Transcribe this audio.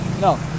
No